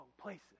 places